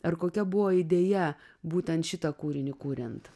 ar kokia buvo idėja būtent šitą kūrinį kuriant